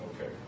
Okay